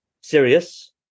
serious